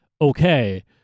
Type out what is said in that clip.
okay